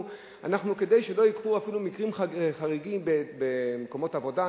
כדי שלא יקרו אפילו מקרים חריגים במקומות עבודה,